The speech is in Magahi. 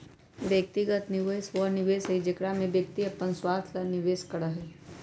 व्यक्तिगत निवेश वह निवेश हई जेकरा में व्यक्ति अपन स्वार्थ ला निवेश करा हई